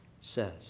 says